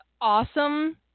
awesome